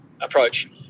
approach